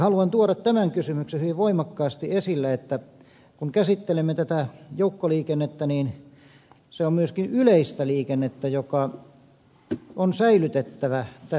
haluan tuoda tämän kysymyksen hyvin voimakkaasti esille että kun käsittelemme tätä joukkoliikennettä niin se on myöskin yleistä liikennettä joka on säilytettävä tässä maassa